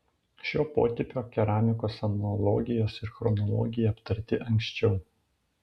šio potipio keramikos analogijos ir chronologija aptarti anksčiau